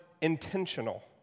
intentional